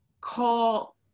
call